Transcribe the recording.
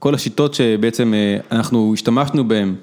כל השיטות שבעצם אנחנו השתמשנו בהם.